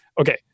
okay